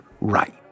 right